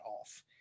off